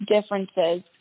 differences